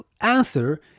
answer